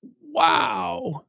wow